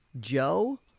Joe